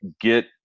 get